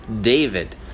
David